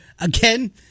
Again